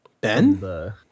Ben